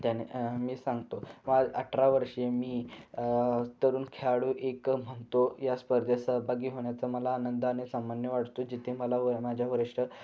त्याने मी सांगतो मा अठरा वर्षे मी तरुण खेळाडू एक म्हणतो या स्पर्धेत सहभागी होण्याचा मला आनंद आणि सामान्य वाटतो जिथे मला व माझ्या वरिष्ठ